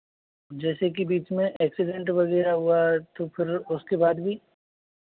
जैसे कि बीच में एक्सीडेंट वगैरह हुआ तो फिर उसके बाद भी